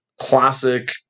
classic